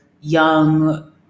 young